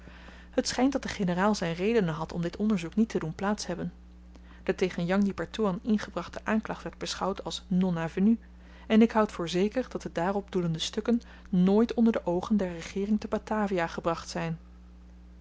het schynt dat de generaal zyn redenen had om dit onderzoek niet te doen plaats hebben de tegen jang di pertoean ingebrachte aanklacht werd beschouwd als non avenu en ik houd voor zeker dat de daarop doelende stukken nooit onder de oogen der regeering te batavia gebracht zyn